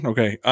Okay